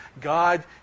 God